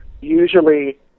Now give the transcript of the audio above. usually